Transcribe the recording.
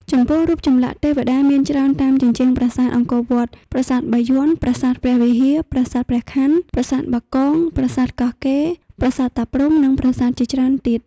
ចំពោះរូបចម្លាក់ទេវតាមានច្រើនតាមជញ្ជ្រាំប្រាសាទអង្គរវត្ត ប្រាសាទបាយ័ន ប្រាសាទព្រះវិហារ ប្រាសាទព្រះខ័ន ប្រាសាទបាគង ប្រាសាទកោះកេរ ប្រាសាទតាព្រហ្មនិងប្រាសាទជាច្រើនទៀត។